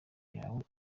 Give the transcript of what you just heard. yawe